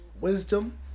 wisdom